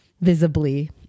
visibly